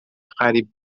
قریب